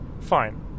fine